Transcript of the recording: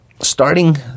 starting